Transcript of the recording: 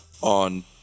on